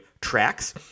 tracks